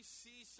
see